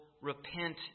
repent